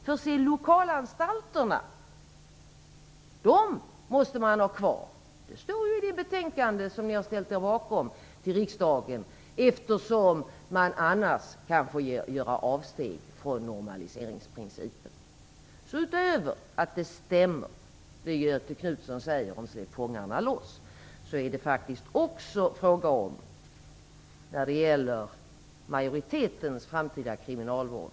För se, lokalanstalterna måste man ha kvar - det står ju i det betänkande till riksdagen som ni har ställt er bakom - eftersom man annars kanske måste göra avsteg från normaliseringsprincipen. Utöver att det som Göthe Knutson säger om släpp fångarne loss stämmer, är det faktiskt också fråga om att både ha kakan kvar och äta upp den när det gäller majoritetens framtida kriminalvård.